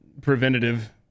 preventative